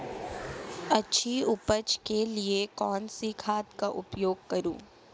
अच्छी उपज के लिए कौनसी खाद का उपयोग करूं?